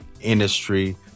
industry